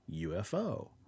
UFO